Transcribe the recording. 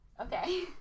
Okay